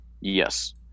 yes